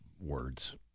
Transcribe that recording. words